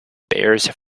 bears